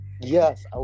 Yes